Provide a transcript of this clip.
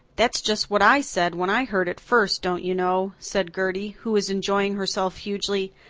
that's just what i said when i heard it first, don't you know, said gertie, who was enjoying herself hugely.